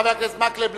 חבר הכנסת מקלב,